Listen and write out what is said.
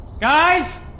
Guys